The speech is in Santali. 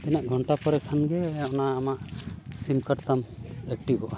ᱛᱤᱱᱟᱹᱜ ᱜᱷᱚᱱᱴᱟ ᱯᱚᱨᱮ ᱠᱷᱟᱱ ᱜᱮ ᱚᱱᱟ ᱟᱢᱟᱜ ᱥᱤᱢ ᱠᱟᱨᱰ ᱛᱟᱢ ᱮᱠᱴᱤᱵᱷᱚᱜᱼᱟ